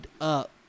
up